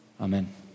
Amen